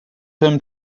him